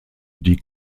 die